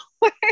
work